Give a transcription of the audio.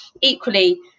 equally